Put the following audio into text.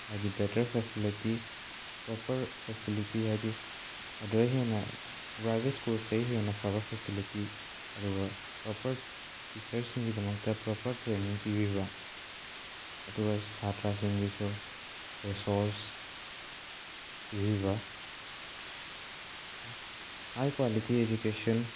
ꯍꯥꯏꯗꯤ better facility proper facility ꯍꯥꯏꯗꯤ ꯑꯗꯨꯗ ꯍꯦꯟꯅ ꯄ꯭ꯔꯥꯏꯚꯦꯠ ꯁ꯭ꯀꯨꯜꯁꯤꯗꯩ ꯍꯦꯟꯅ ꯐꯕ ꯐꯦꯁꯤꯂꯤꯇꯤ ꯑꯗꯨꯒ ꯄ꯭ꯔꯣꯄꯔ ꯇꯤꯆꯔꯁꯤꯡꯒꯤꯗꯃꯛꯇ ꯄ꯭ꯔꯣꯄꯔ ꯇ꯭ꯔꯦꯅꯤꯡ ꯄꯤꯕꯤꯕ ꯑꯗꯨꯒ ꯁꯥꯇ꯭ꯔꯁꯤꯡꯒꯤꯁꯨ ꯔꯤꯁꯣꯔꯁ ꯄꯤꯕꯤꯕ ꯍꯥꯏ ꯀ꯭ꯋꯥꯂꯤꯇꯤ ꯏꯖꯨꯀꯦꯁꯟ